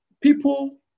people